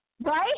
Right